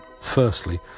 firstly